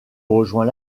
rejoint